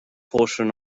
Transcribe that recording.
portion